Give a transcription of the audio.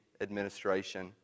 administration